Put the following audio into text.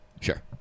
Sure